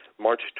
March